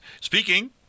Speaking